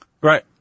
Right